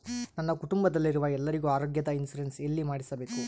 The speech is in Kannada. ನನ್ನ ಕುಟುಂಬದಲ್ಲಿರುವ ಎಲ್ಲರಿಗೂ ಆರೋಗ್ಯದ ಇನ್ಶೂರೆನ್ಸ್ ಎಲ್ಲಿ ಮಾಡಿಸಬೇಕು?